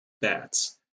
bats